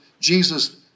Jesus